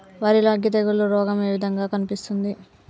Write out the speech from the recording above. వరి లో అగ్గి తెగులు రోగం ఏ విధంగా కనిపిస్తుంది?